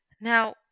Now